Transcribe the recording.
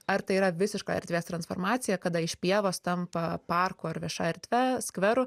ar tai yra visiška erdvės transformacija kada iš pievos tampa parku ar vieša erdve skveru